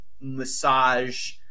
massage